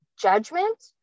judgment